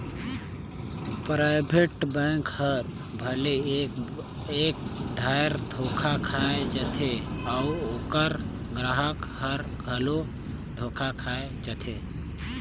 private bank हर भले एक धाएर धोखा खाए जाथे अउ ओकर गराहक हर घलो धोखा खाए जाथे